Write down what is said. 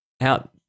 out